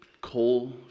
coal